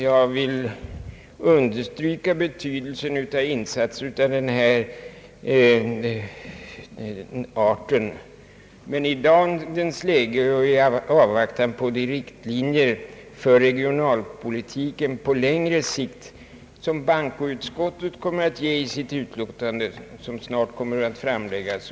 Jag vill understryka betydelsen av insatser av denna art, men i dagens läge vill jag i övrigt avvakta de riktlinjer för regionalpolitiken på längre sikt som bankoutskottet kommer att ge i sitt utlåtande, vilket snart framlägges.